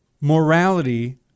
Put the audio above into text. morality